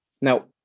Now